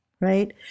right